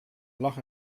lag